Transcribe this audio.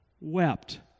wept